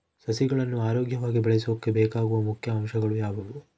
ಸಸಿಗಳನ್ನು ಆರೋಗ್ಯವಾಗಿ ಬೆಳಸೊಕೆ ಬೇಕಾಗುವ ಮುಖ್ಯ ಅಂಶಗಳು ಯಾವವು?